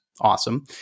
awesome